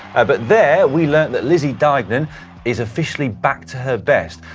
but there, we learned that lizzie deignan is officially back to her best.